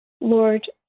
Lord